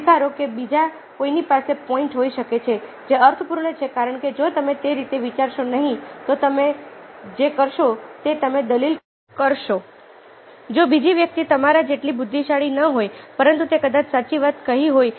સ્વીકારો કે બીજા કોઈની પાસે પોઈન્ટ હોઈ શકે છે જે અર્થપૂર્ણ છે કારણ કે જો તમે તે રીતે વિચારશો નહીં તો તમે જે કરશો તે તમે દલીલ કરશો જો બીજી વ્યક્તિ તમારા જેટલી બુદ્ધિશાળી ન હોય પરંતુ તે કદાચ સાચી વાત કહી રહ્યો હોય